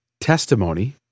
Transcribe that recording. Testimony